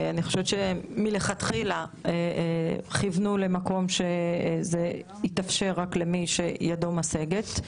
מלכתחילה כוונו למקום שזה יתאפשר רק למי שידו משגת.